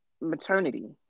maternity